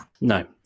no